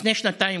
לפני שנתיים,